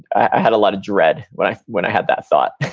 i had a lot of dread when i when i had that thought